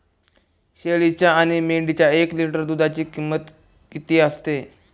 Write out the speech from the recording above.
शेळीच्या आणि मेंढीच्या एक लिटर दूधाची किंमत किती असते?